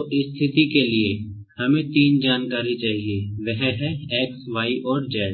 तो स्थिति के लिए हमें तीन जानकारी चाहिए वह है X Y और Z